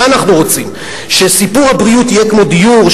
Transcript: מה אנחנו רוצים, שסיפור הבריאות יהיה כמו דיור?